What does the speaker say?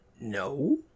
No